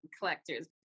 collectors